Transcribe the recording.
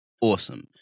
Awesome